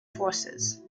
forces